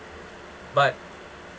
but